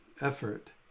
effort